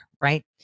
right